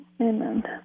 Amen